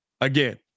Again